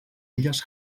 illes